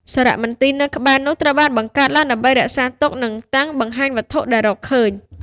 សារមន្ទីរនៅក្បែរនោះត្រូវបានបង្កើតឡើងដើម្បីរក្សាទុក និងតាំងបង្ហាញវត្ថុដែលរកឃើញ។